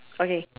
okay